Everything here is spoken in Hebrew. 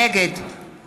נגד